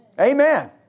Amen